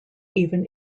even